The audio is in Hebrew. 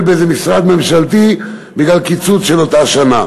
באיזה משרד ממשלתי בגלל הקיצוץ של אותה שנה.